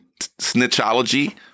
Snitchology